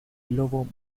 lobo